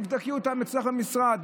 תבדקי אותן אצלך במשרד,